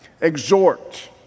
exhort